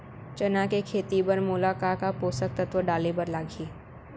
चना के खेती बर मोला का का पोसक तत्व डाले बर लागही?